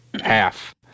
half